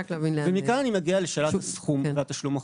מכאן אני מגיע לשאלת הסכום והתשלום החודשי.